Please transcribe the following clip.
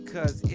Cause